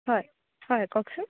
হয় হয় কওকচোন